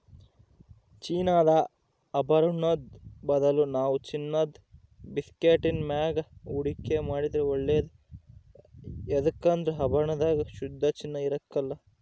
ಚಿನ್ನದ ಆಭರುಣುದ್ ಬದಲು ನಾವು ಚಿನ್ನುದ ಬಿಸ್ಕೆಟ್ಟಿನ ಮ್ಯಾಗ ಹೂಡಿಕೆ ಮಾಡಿದ್ರ ಒಳ್ಳೇದು ಯದುಕಂದ್ರ ಆಭರಣದಾಗ ಶುದ್ಧ ಚಿನ್ನ ಇರಕಲ್ಲ